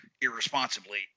irresponsibly